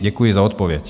Děkuji za odpověď.